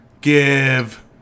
give